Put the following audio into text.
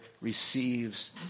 receives